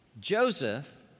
Joseph